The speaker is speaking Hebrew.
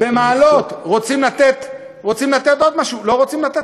במעלות רוצים לתת עוד משהו, לא רוצים לתת